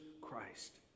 Christ